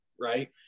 right